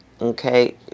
Okay